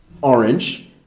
orange